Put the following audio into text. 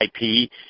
IP